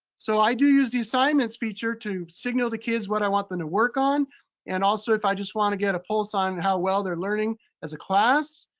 so i do use the assignments feature to signal to kids what i want them to work on and also if i just wanna get a pulse on how well they're learning as a class,